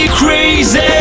crazy